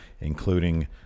Including